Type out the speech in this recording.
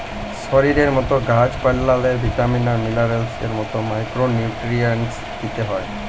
শরীরের মত গাহাচ পালাল্লে ভিটামিল আর মিলারেলস এর মত মাইকোরো নিউটিরিএন্টস দিতে হ্যয়